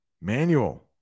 manual